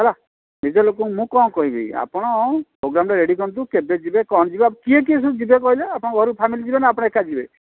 ହେଲା ନିଜ ଲୋକକୁ ମୁଁ କ'ଣ କହିବି ଆପଣ ପ୍ରୋଗ୍ରାମ୍ଟା ରେଡ଼ି କରନ୍ତୁ କେବେ ଯିବେ କ'ଣ ଯିବେ ଆଉ କିଏ କିଏ ସବୁ ଯିବେ କହିଲେ ଆପଣଙ୍କ ଘରୁ ଫ୍ୟାମିଲି ଯିବେ ନା ଆପଣ ଏକା ଯିବେ